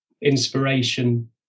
inspiration